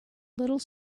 little